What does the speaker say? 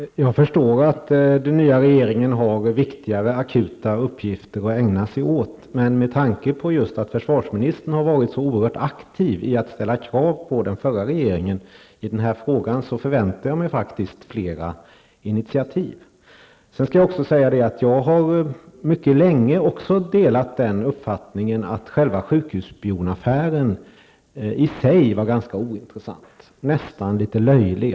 Fru talman! Jag förstår att den nya regeringen har viktiga akuta uppgifter att ägna sig åt. Men med tanke på att försvarsministern har varit så oerhört aktiv när det gällde att ställa krav på den förra regeringen i den här frågan, förväntar jag mig faktiskt flera initiativ. Jag har också mycket länge delat uppfattningen att själva sjukhusspionaffären i sig var ganska ointressant och nästan litet löjlig.